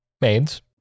maids